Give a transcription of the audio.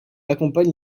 accompagne